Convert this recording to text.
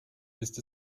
ist